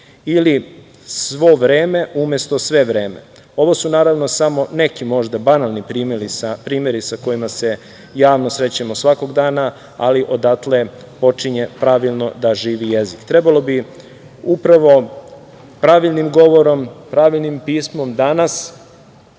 Ili „svo vreme“ umesto „sve vreme“.Ovo su, naravno, samo neki, možda banalni primeri sa kojima se javno srećemo svakog dana, ali odatle počinje pravilno da živi jezik. Trebalo bi upravo pravilnim govorom, pravilnim pismom, danas